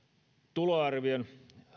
tuloarvion